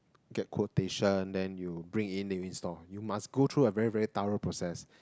get quotation then you bring in then you install you must go through a very very thorough process